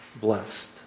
blessed